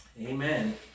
Amen